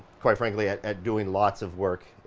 quite frankly, at at doing lots of work.